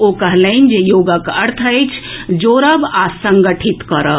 ओ कहलनि जे योगक अर्थ अछि जोड़ब आ संगठित करब